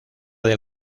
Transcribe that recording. del